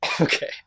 Okay